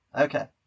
okay